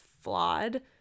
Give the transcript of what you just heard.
flawed